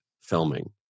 filming